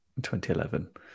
2011